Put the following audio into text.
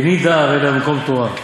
איני דר אלא במקום תורה.